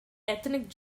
ethnic